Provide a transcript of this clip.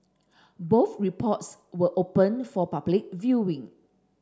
both reports were open for public viewing